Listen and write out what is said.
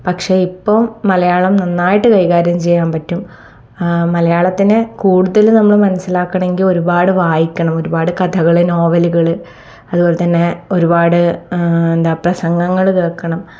പക്ഷെ ഇപ്പോൾ മലയാളം നന്നായിട്ട് കൈകാര്യം ചെയ്യാൻ പറ്റും മലയാളത്തിനെ കൂടുതൽ നമ്മൾ മനസിലാക്കണമെങ്കിൽ ഒരുപാട് വായിക്കണം ഒരുപാട് കഥകൾ നോവലുകൾ അതുപോലെ തന്നെ ഒരുപാട് എന്താ പ്രസംഗങ്ങൾ കേൾക്കണം